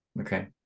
Okay